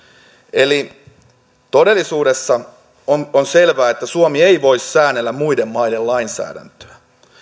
eli todellisuudessa on on selvää että suomi ei voi säännellä muiden maiden lainsäädäntöä